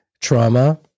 trauma